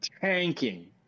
tanking